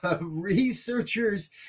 Researchers